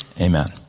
amen